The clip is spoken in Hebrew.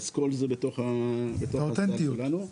אז כל זה בתוך תחום הפעילות שלנו.